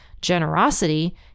generosity